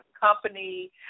company